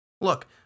Look